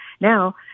Now